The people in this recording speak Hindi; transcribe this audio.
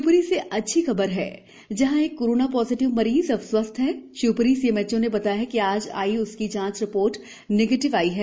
शिवपुरी से अच्छी खबर है जहां एक कोरोना पॉजीटिव मरीज अब स्वस्थ है शिवप्री सीएमएचओ ने बताया है कि आज आई उसकी जांच रिपोर्ट नेगेटिव है